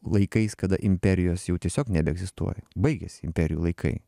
laikais kada imperijos jau tiesiog nebeegzistuoja baigėsi imperijų laikai